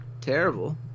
terrible